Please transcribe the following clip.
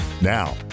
Now